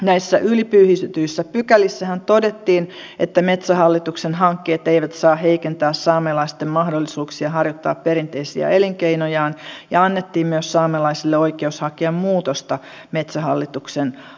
näissä ylipyyhityissä pykälissähän todettiin että metsähallituksen hankkeet eivät saa heikentää saamelaisten mahdollisuuksia harjoittaa perinteisiä elinkeinojaan ja myös annettiin saamelaisille oikeus hakea muutosta metsähallituksen hallintopäätöksiin